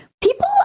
People